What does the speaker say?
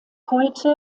heute